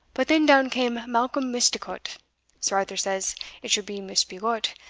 but then down came malcolm misticot sir arthur says it should be misbegot,